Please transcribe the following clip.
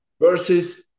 versus